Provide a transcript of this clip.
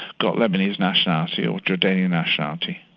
got lebanese nationality, or jordanian nationality,